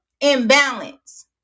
imbalance